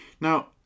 Now